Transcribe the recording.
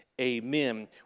Amen